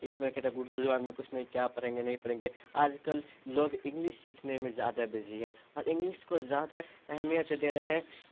اس میں کہتے ہیں کہ اردو زبان میں کچھ نہیں کیا پڑھیں گے نہیں پڑھیں گے آج کل لوگ انگلش سیکھنے میں زیادہ بزی ہیں اور انگلش کو زیادہ اہمیت دے رہے ہیں